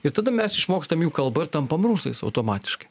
ir tada mes išmokstam jų kalbą ir tampam rusais automatiškai